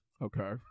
Okay